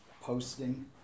posting